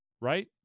right